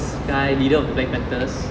guy leader of the black panthers